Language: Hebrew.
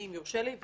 אם יורשה לי,